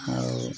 ଆଉ